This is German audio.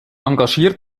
engagiert